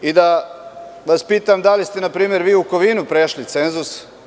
Da vas pitam da li ste vi u Kovinu prešli cenzus?